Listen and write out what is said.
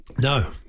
No